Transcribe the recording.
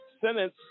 sentence